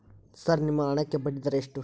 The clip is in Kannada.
ಸರ್ ನಿಮ್ಮ ಹಣಕ್ಕೆ ಬಡ್ಡಿದರ ಎಷ್ಟು?